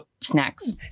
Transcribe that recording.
snacks